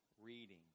reading